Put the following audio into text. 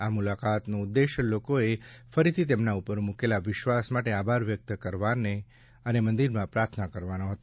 આ મુલાકાતનો ઉદ્દેશ્ય લોકોએ ફરીથી તેમના ઉપર મૂકેલા વિશ્વાસ માટે આભાર વ્યક્ત કરવાને અને મંદિરમાં પ્રાર્થના કરવાનો હતો